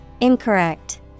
Incorrect